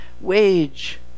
wage